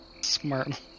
smart